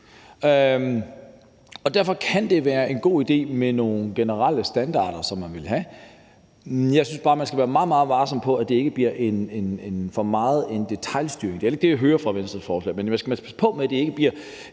Derfor kan det være en god idé med nogle generelle standarder, men jeg synes bare, at man skal være meget varsom med, at der ikke bliver for meget detailstyring. Det er heller ikke det, jeg hører fra Venstre, men man skal passe på med, at det ikke bliver